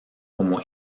como